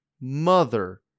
mother